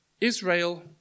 Israel